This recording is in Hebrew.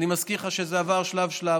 ואני מזכיר לך שזה עבר שלב-שלב.